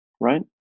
right